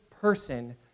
person